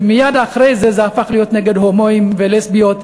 ומייד אחרי זה זה הפך להיות נגד הומואים ולסביות,